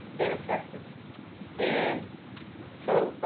ineffective and so,